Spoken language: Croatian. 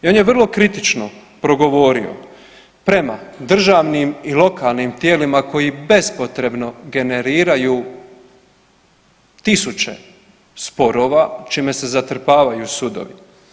I on je vrlo kritično progovorio prema državnim i lokalnim tijelima koji bespotrebno generiraju 1000 sporova čime se zatrpavaju sudovi.